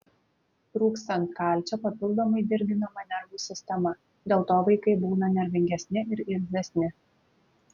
trūkstant kalcio papildomai dirginama nervų sistema dėl to vaikai būna nervingesni ir irzlesni